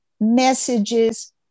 messages